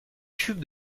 tube